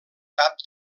tap